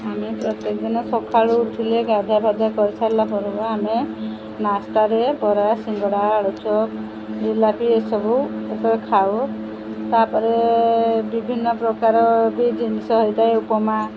ଆମେ ପ୍ରତ୍ୟେକ ଦିନ ସକାଳୁ ଉଠିଲେ ଗାଧା ପାଧା କରିସାରିଲା ପରେ ଆମେ ନାସ୍ତାରେ ବରା ସିଙ୍ଗଡ଼ା ଆଳୁଚପ୍ ଜିଲାପି ଏସବୁ ଏସବୁ ଖାଉ ତାପରେ ବିଭିନ୍ନ ପ୍ରକାର ବି ଜିନିଷ ହେଇଥାଏ ଉପମା